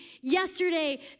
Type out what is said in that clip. yesterday